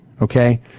okay